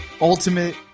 ultimate